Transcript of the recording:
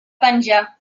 penjar